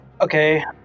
Okay